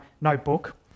notebook